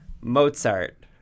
Mozart